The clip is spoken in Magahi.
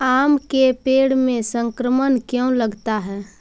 आम के पेड़ में संक्रमण क्यों लगता है?